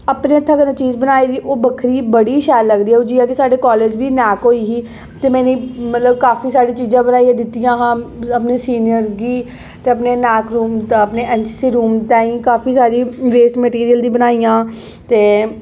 अपने हत्थें कन्नै कोई चीज़ बनाई दी होऐ ना ओह् बक्खरी बड़ी शैल लगदी ऐ जि'यां साढ़े कालज बी नैक होई ही में बी मतलब बड़ी सारी चीज़ां बनाइयै दित्तियां ही अपने सिनीयरस गी अपने नैक रूम अपने एन सी सी रूम ताईं काफी सारी वेस्ट मिटीरल दियां बनाइयां